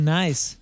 nice